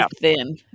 thin